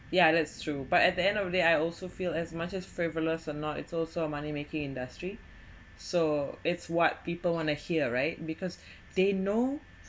yeah that's true but at the end of the day I also feel as much as frivolous or not it's also money making industry so it's what people want to hear right because they know